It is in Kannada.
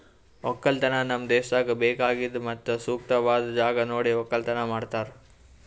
ಒಕ್ಕಲತನ ನಮ್ ದೇಶದಾಗ್ ಬೇಕಾಗಿದ್ ಮತ್ತ ಸೂಕ್ತವಾದ್ ಜಾಗ ನೋಡಿ ಒಕ್ಕಲತನ ಮಾಡ್ತಾರ್